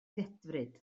ddedfryd